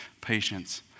patience